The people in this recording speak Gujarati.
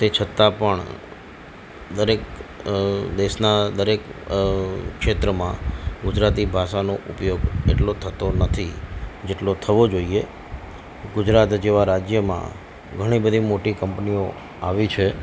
તે છતાં પણ દરેક દેશના દરેક ક્ષેત્રમાં ગુજરાતી ભાષાનો ઉપયોગ એટલો થતો નથી જેટલો થવો જોઈએ ગુજરાત જેવા રાજ્યમાં ઘણી બધી મોટી કંપનીઓ આવી છે